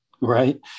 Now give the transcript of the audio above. right